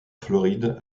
floride